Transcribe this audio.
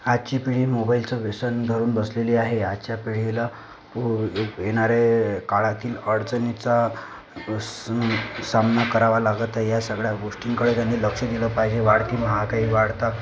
आजची पिढी मोबाईलचं व्यसन धरून बसलेली आहे आजच्या पिढीला येणारे काळातील अडचणींचा सन् सामना करावा लागत आहे या सगळ्या गोष्टींकडे त्यांनी लक्ष दिलं पाहिजे वाढती महागाई वाढता